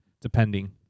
depending